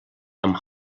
amb